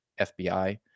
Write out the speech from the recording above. FBI